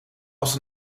was